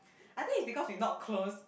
I think is because we not close